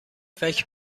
فکر